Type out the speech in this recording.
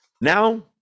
Now